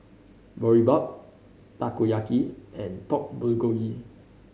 Boribap Takoyaki and Pork Bulgogi